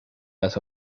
las